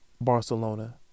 Barcelona